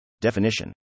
definition